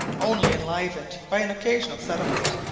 only enlivened by an occasional settlement,